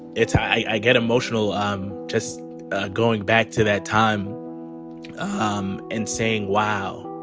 it's i get emotional um just going back to that time um and saying, wow,